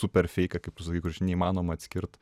super feiką kaip tu sakai kuris neįmanoma atskirt